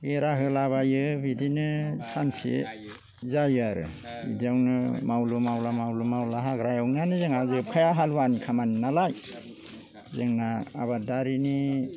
बेरा होलाबायो बिदिनो सानसे जायो आरो बिदियावनो मावलु मावला मावलु मावला हाग्रा एवनायानो जोबखाया हालुवानि खामानि नालाय जोंना आबादारिनि